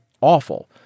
awful